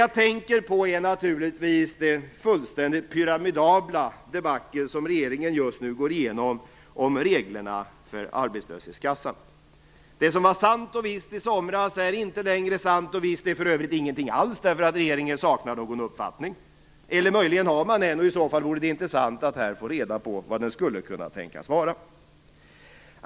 Jag tänker naturligtvis på det fullständigt pyramidabla debacle som regeringen just nu går igenom om reglerna för arbetslöshetskassan. Det som var sant och visst i somras är inte längre sant och visst. Det är för övrigt ingenting alls, därför att regeringen saknar uppfattning. Möjligen har man en, och det vore i så fall intressant att här få reda på vad den skulle kunna tänkas vara.